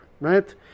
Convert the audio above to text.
right